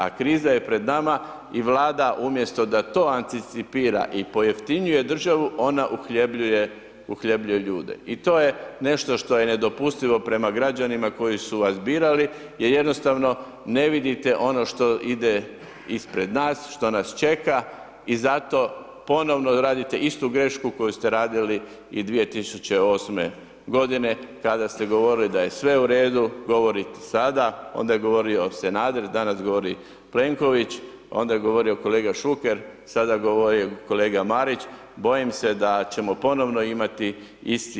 A kriza je pred nama i Vlada umjesto da to anticipira i pojeftinjuje državu, ona uhljebljuje, uhljebljuje ljude, i to je nešto što je nedopustivo prema građanima koji su vas birali, jer jednostavno ne vidite ono što ide ispred nas, što nas čeka i zato ponovno radite istu grešku koju ste radili i 2008. godine, kada ste govorili da je sve u redu, govorite sada, onda je govorio Sanader, danas govori Plenković, onda je govorio kolega Šuker, sada govori kolega Marić, bojim se da ćemo ponovno imati isti, isti scenarij.